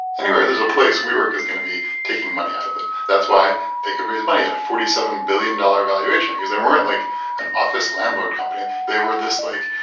anywhere there's a place, wework is going to be taking money out of it. that's why they could raise money at a forty seven billion dollars valuation because they weren't like an office landlord company. they were this, like,